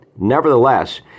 Nevertheless